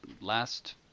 last